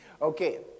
Okay